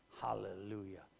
Hallelujah